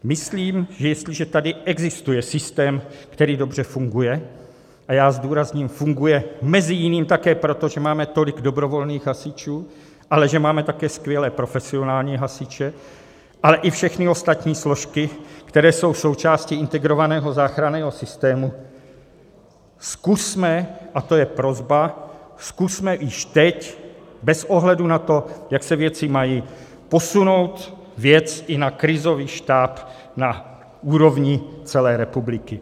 Myslím, že jestliže tady existuje systém, který dobře funguje a já zdůrazním, funguje mezi jiným také proto, že máme tolik dobrovolných hasičů, ale že máme také skvělé profesionální hasiče, ale i všechny ostatní složky, které jsou součástí integrovaného záchranného systému , zkusme, a to je prosba, zkusme již teď bez ohledu na to, jak se věci mají, posunout věc i na krizový štáb na úrovni celé republiky.